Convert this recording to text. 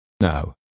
No